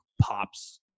pops